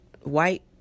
white